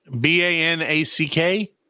b-a-n-a-c-k